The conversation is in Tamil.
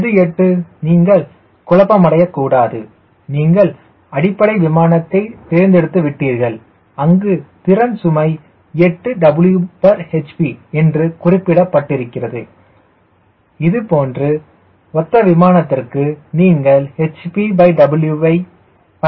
எது 8 நீங்கள் குழப்பமடையக்கூடாது நீங்கள் அடிப்படை விமானத்தை தேர்ந்தெடுத்து விட்டீர்கள் அங்கு திறன் சுமை 8 Whp என்று குறிப்பிடப்பட்டிருக்கிறது இதுபோன்ற ஒத்த விமானத்திற்கு நீங்கள் hpW ஐப் பயன்படுத்தினால்